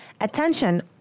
Attention